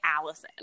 Allison